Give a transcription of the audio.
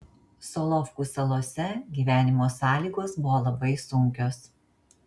solovkų salose gyvenimo sąlygos buvo labai sunkios